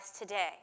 today